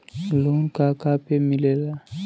Loan का का पे मिलेला?